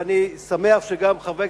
ואני שמח שגם חבר הכנסת,